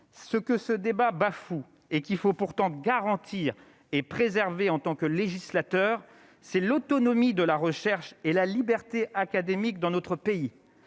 ce que ce débat bafoue et qu'il faut pourtant garantir et préserver en tant que législateur, c'est l'autonomie de la recherche et la liberté académique dans notre pays,